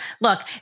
look